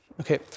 Okay